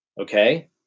Okay